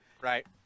right